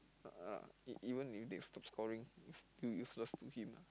uh E even if they stop scoring is still useless to him lah